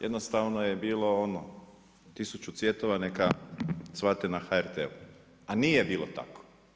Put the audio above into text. Jednostavno je bilo ono tisuću cvjetova neka cvate na HRT-u, a nije bilo tako.